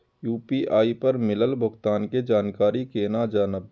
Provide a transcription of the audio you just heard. UPI पर मिलल भुगतान के जानकारी केना जानब?